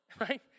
right